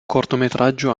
cortometraggio